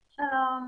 שלום.